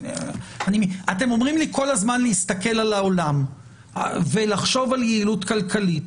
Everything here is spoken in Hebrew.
אתם אומרים לי כל הזמן להסתכל על העולם ולחשוב על יעילות כלכלית.